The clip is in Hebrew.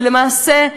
ולמעשה,